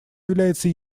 является